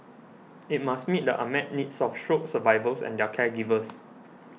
it must meet the unmet needs of stroke survivors and their caregivers